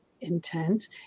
Intent